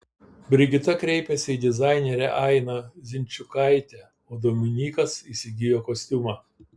brigita kreipėsi į dizainerę ainą zinčiukaitę o dominykas įsigijo kostiumą